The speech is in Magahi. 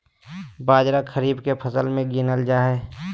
बाजरा खरीफ के फसल मे गीनल जा हइ